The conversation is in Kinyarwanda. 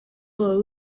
wawe